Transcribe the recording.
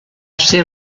ser